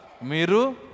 miru